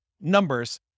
numbers